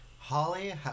Holly